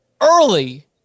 early